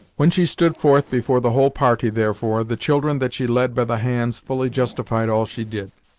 when she stood forth before the whole party, therefore, the children that she led by the hands fully justified all she did.